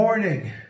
Morning